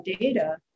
data